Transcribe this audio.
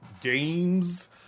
games